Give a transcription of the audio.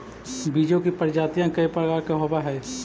बीजों की प्रजातियां कई प्रकार के होवअ हई